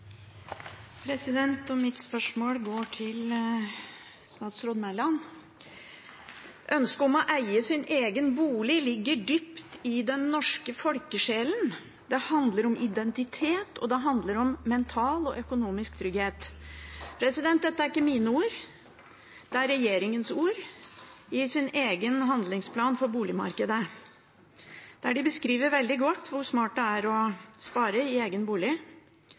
Mitt spørsmål går til statsråd Mæland: «Ønsket om å eie sin egen bolig ligger dypt i den norske folkesjelen. Det handler om identitet. Og det handler om mental og økonomisk trygghet.» Dette er ikke mine ord. Det er regjeringens ord i deres egen handlingsplan for boligmarkedet, der de beskriver veldig godt hvor smart det er å spare i egen bolig,